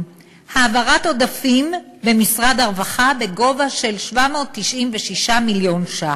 העברת עודפים למשרד הרווחה בגובה של 796 מיליון ש"ח.